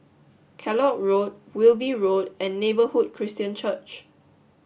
Kellock Road Wilby Road and Neighborhood Christian Church